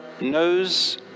knows